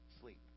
sleep